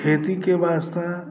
खेतीके वास्ते